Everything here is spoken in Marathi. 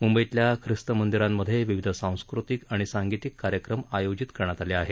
मुंबईतल्या ख्रिस्तमंदिरांमध्ये विविध सांस्कृतिक आणि सांगितीक कार्यक्रमांचं आयोजन करण्यात आले आहेत